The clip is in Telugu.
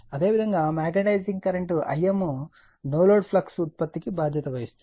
అదేవిధంగా magnetising current Im no load flux ఉత్పత్తికి బాధ్యత వహిస్తుంది